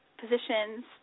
positions